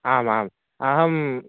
आम् आम् अहं